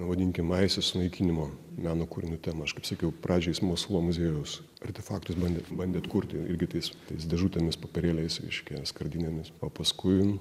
pavadinkim aisis sunaikinimo meno kūrinių tema aš kaip sakiau pradžioj jis mosulo muziejaus artefaktus bandė bandė atkurti irgi tais tais dėžutėmis popierėliais reiškia skardinėmis o paskui